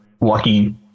lucky